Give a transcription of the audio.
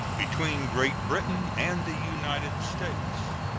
between great britain and the united states.